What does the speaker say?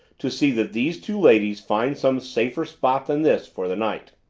to see that these two ladies find some safer spot than this for the night.